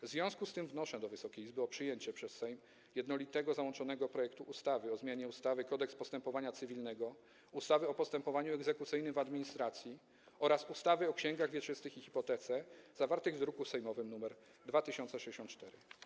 W związku z tym wnoszę do Wysokiej Izby o przyjęcie przez Sejm jednolitego załączonego projektu ustawy o zmianie ustawy Kodeks postępowania cywilnego, ustawy o postępowaniu egzekucyjnym w administracji oraz ustawy o księgach wieczystych i hipotece, zawartego w druku sejmowym nr 2064.